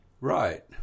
Right